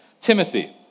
Timothy